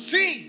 See